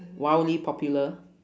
wildly popular